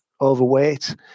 overweight